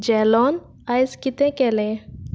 जॅलोन आयज कितें केलें